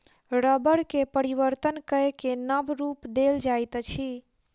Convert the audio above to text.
रबड़ के परिवर्तन कय के नब रूप देल जाइत अछि